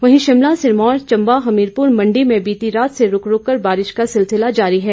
वहीं शिमला सिरमौर चंबा हमीरपुर मंडी में बीती रात से रूक रूककर बारिश का सिलसिला जारी है